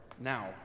now